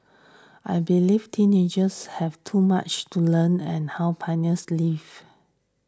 I believe teenagers have too much to learn and how pioneers lived